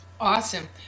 Awesome